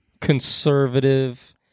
conservative